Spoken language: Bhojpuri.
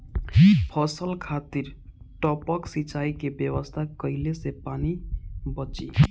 फसल खातिर टपक सिंचाई के व्यवस्था कइले से पानी बंची